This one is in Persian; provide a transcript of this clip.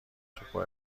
توپو